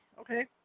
Okay